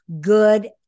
good